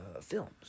films